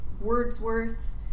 Wordsworth